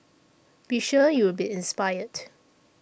be sure you'll be inspired